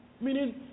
Meaning